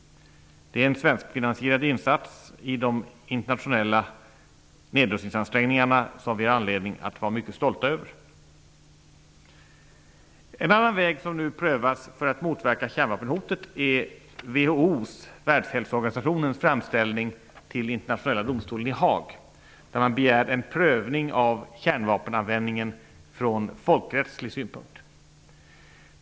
Det är en svenskfinansierad insats i de internationella nedrustningsansträngningarna som vi har anledning att vara mycket stolt över. En annan väg som nu prövas för att motverka kärnvapenhotet är WHO:s -- Internationella domstolen i Haag, där man begär en prövning av kärvapenanvändningen från folkrättslig synpunkt.